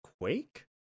Quake